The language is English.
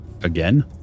Again